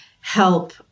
help